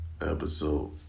Episode